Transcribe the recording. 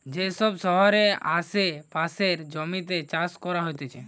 যে সব শহরের আসে পাশের জমিতে চাষ করা হতিছে